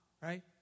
right